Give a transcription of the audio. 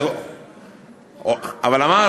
כאשר הוא יהיה שר, כבר היה.